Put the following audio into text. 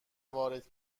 وارد